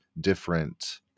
different